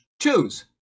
Choose